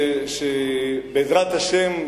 בעזרת השם,